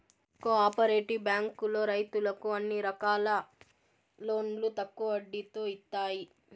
co operative బ్యాంకులో రైతులకు అన్ని రకాల లోన్లు తక్కువ వడ్డీతో ఇత్తాయి